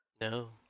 No